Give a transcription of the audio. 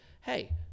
hey